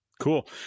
Cool